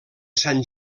sant